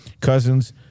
Cousins